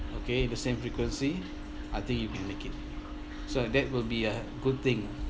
okay the same frequency I think you can make it so that will be a good thing